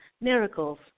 miracles